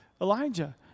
Elijah